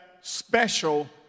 special